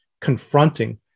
confronting